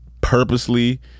purposely